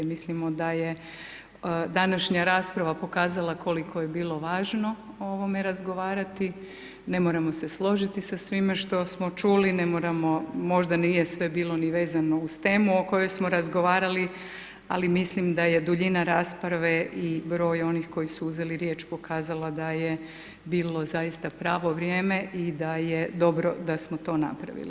Mislimo da je današnja rasprava pokazala koliko je bilo važno o ovome razgovarati, ne moramo se složiti sa svime što smo čuli, ne moramo, možda nije sve bilo vezano ni uz temu o kojoj smo razgovarali, ali mislim da je duljina rasprave i broj onih koji su uzeli riječ pokazala da je bilo zaista pravo vrijeme i da je dobro da smo to napravili.